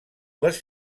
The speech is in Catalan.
les